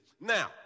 Now